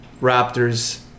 raptors